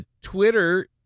Twitter